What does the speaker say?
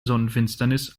sonnenfinsternis